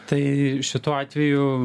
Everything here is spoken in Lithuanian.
tai šitu atveju